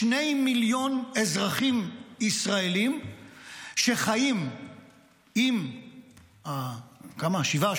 שני מיליון אזרחים ישראלים שחיים עם שבעה,